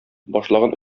башлаган